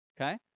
Okay